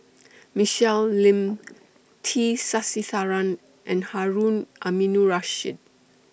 Michelle Lim T Sasitharan and Harun Aminurrashid